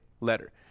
letter